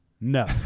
no